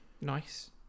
nice